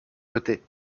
côtés